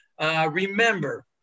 Remember